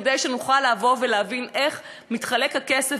כדי שנוכל לבוא ולהבין איך מתחלק הכסף